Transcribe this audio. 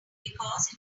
because